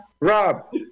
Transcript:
Rob